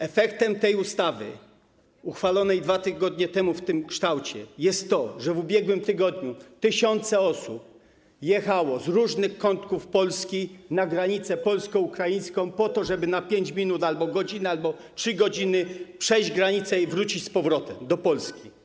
Efektem ustawy uchwalonej 2 tygodnie temu w tym kształcie jest to, że w ubiegłym tygodniu tysiące osób jechało z różnych kątków Polski na granicę polsko-ukraińską, po to żeby na 5 minut albo godzinę, albo 3 godziny przejść granicę i wrócić do Polski.